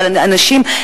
אבל אנשים,